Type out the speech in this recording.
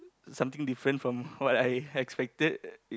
something different from what I expected